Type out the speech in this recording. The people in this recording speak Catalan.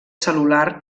cel·lular